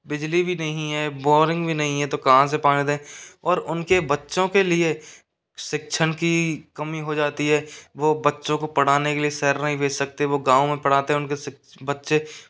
बिजली भी नहीं है बौरिंग भी नहीं है तो कहां से पानी दे और उनके बच्चों के लिए शिक्षण की कमी हो जाती है वो बच्चों को पढ़ाने के लिए शहर नहीं भेज सकते वो गांव में पढ़ाते हैं उनके बच्चे